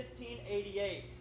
1588